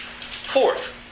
Fourth